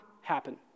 happen